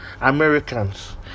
Americans